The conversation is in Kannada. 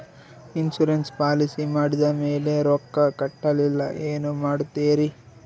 ಇನ್ಸೂರೆನ್ಸ್ ಪಾಲಿಸಿ ಮಾಡಿದ ಮೇಲೆ ರೊಕ್ಕ ಕಟ್ಟಲಿಲ್ಲ ಏನು ಮಾಡುತ್ತೇರಿ?